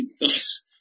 nice